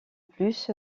plus